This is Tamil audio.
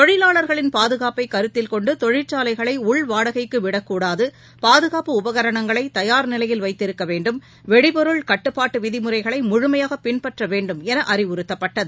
தொழிலாளர்களின் பாதுகாப்பை கருத்தில் கொண்டு தொழிற்சாலைகளை உள் வாடகைக்கு விட கூடாது பாதுகாப்பு உபகரணங்களை தயார் நிலையில் வைத்திருக்க வேண்டும் வெடிபொருள் கட்டுப்பாட்டு விதிமுறைகளை முழுமையாக பின்பற்ற வேண்டும் என அறிவுறுத்தப்பட்டது